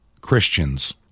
Christians